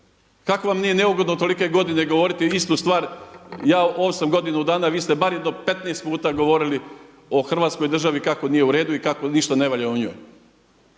Kako vam nije neugodno tolike godine govoriti isti stvar, ja …/Govornik se ne razumije./… dana, vi ste bar jedno 15 puta govorili o Hrvatskoj državi kako nije u redu i kako ništa ne valja u njoj.